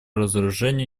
разоружению